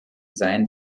sein